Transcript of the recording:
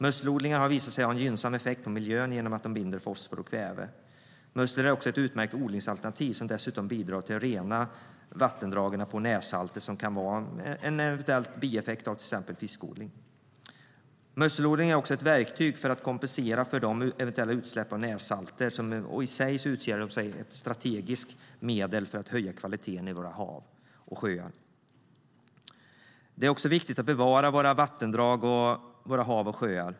Musselodlingar har visat sig ha en gynnsam effekt på miljön genom att de binder fosfor och kväve. Musslor är också ett utmärkt odlingsalternativ, som dessutom bidrar till att rena vattendrag på närsalter som kan vara en eventuell bieffekt av till exempel fiskodling. Musselodling är också ett verktyg för att kompensera för eventuella utsläpp av närsalter och utgör i sig ett strategiskt medel för att höja kvaliteten i våra sjöar och hav. Det är viktigt att bevara våra vattendrag, hav och sjöar.